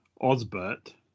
Osbert